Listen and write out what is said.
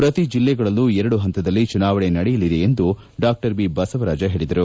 ಪ್ರತಿ ಜಿಲ್ಲೆಗಳಲ್ಲೂ ಎರಡು ಹಂತದಲ್ಲಿ ಚುನಾವಣೆ ನಡೆಯಲಿದೆ ಎಂದು ಹೇಳಿದರು